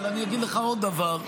אבל אני אגיד לך עוד דבר.